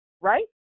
right